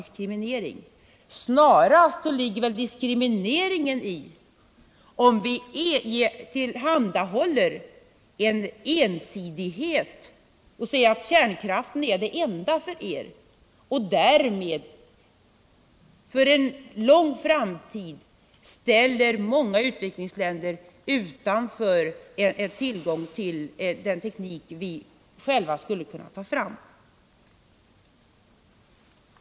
Snarast ligger det en diskriminering i att ensidigt säga att ” kärnkraften är det enda för er” och därmed ställa många u-länder utanför tillgång till den teknik vi skulle kunna ta fram.